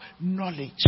knowledge